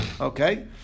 Okay